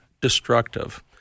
destructive